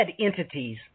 entities